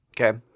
Okay